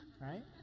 right